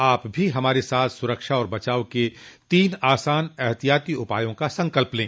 आप भी हमारे साथ सुरक्षा और बचाव के तीन आसान एहतियाती उपायों का संकल्प लें